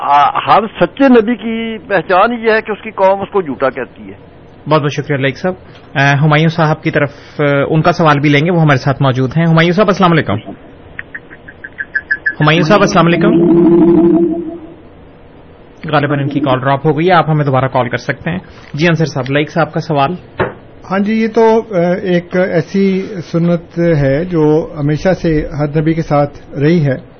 آ- ہر سچے نبی کی پہچان یہ ہے کہ اس کی قوم اس کو جھوٹا کہتی ہے۔ بہت بہت شکریہ لائق صاحب۔ آ، ہمایوں صاحب کی طرف، آ، ان کا سوال بھی لیں گے، وہ ہمارے ساتھ موجود ہیں۔ ہمایوں صاحب السلام علیکم۔ ہمایوں صاحب السلام علیکم۔ غالباً ان کی کال drop ہو گئی ہے، آپ ہمیں دوبارہ کال کر سکتے ہیں۔ جی انصر صاحب، لائق صاحب کا سوال۔ ہاں جی، یہ تو، آ، ایک ایسی سنت ہے جو ہمیشہ سے ہر نبی کے ساتھ رہی ہے۔